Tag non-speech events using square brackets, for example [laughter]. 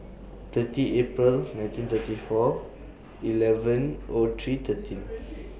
thirty April nineteen [noise] thirty four eleven O three thirteen